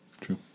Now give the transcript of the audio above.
true